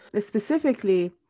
Specifically